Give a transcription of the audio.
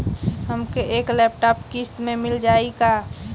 हमके एक लैपटॉप किस्त मे मिल जाई का?